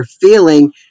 feeling